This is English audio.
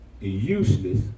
useless